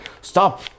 stop